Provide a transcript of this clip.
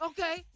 Okay